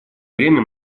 время